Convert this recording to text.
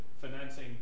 financing